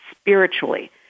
spiritually